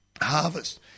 harvest